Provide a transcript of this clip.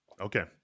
Okay